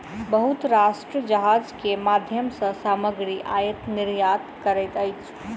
बहुत राष्ट्र जहाज के माध्यम सॅ सामग्री आयत निर्यात करैत अछि